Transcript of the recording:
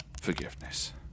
forgiveness